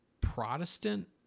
Protestant